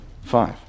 Five